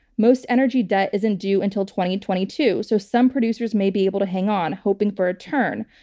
most energy debt isn't due until twenty twenty two, so some producers may be able to hang on, hoping for a turn.